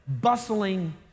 bustling